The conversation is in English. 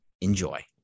Enjoy